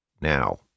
now